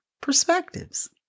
perspectives